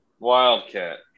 Wildcat